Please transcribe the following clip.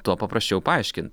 tuo paprasčiau paaiškint